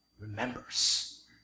remembers